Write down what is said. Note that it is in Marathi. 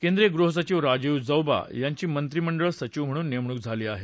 केंद्रिय गृहसचिव राजीव गौबा यांची मंत्रीमंडळ सचिव म्हणून नेमणूक झाली आहे